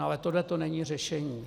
Ale toto není řešení.